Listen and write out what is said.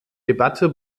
debatte